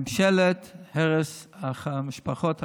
ממשלת הרס משפחות החלשים.